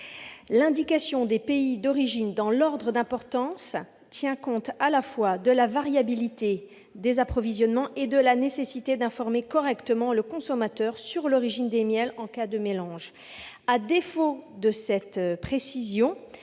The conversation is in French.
L'indication des pays d'origine dans l'ordre d'importance tient compte à la fois de la variabilité des approvisionnements et de la nécessité d'informer correctement le consommateur sur l'origine des miels en cas de mélange. À défaut de cette précision,